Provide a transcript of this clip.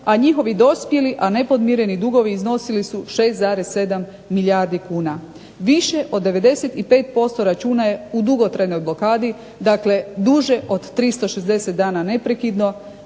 a njihovi dospjeli a nepodmireni dugovi iznosili su 6,7 milijardi kuna. Više od 95% računa je u dugotrajnoj blokadi, dakle duže od 360 dana neprekidno